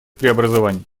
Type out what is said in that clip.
преобразований